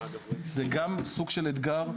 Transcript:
זה גם סוג של אתגר,